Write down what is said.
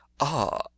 Ah